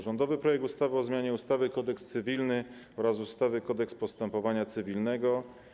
Rządowy projekt ustawy o zmianie ustawy - Kodeks cywilny oraz ustawy - Kodeks postępowania cywilnego.